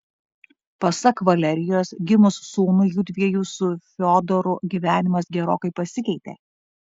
pasak valerijos gimus sūnui judviejų su fiodoru gyvenimas gerokai pasikeitė